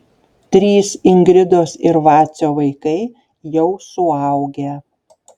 trys ingridos ir vacio vaikai jau suaugę